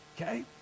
Okay